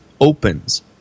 opens